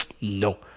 No